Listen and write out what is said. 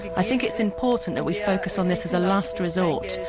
i think it's important that we focus on this as a last resort,